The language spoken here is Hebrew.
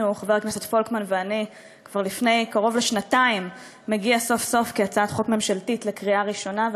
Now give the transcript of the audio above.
חבר הכנסת אוסאמה סעדי, תודה רבה, תם זמנך.